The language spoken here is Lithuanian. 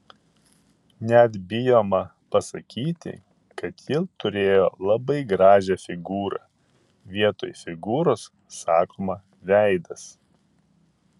net bijoma pasakyti kad ji turėjo labai gražią figūrą vietoj figūros sakoma veidas